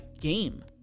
game